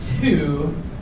two